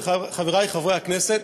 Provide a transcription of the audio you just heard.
ולחברי חברי הכנסת,